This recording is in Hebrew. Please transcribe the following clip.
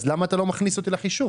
אז למה אתה לא מכניס אותי לחישוב?